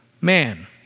man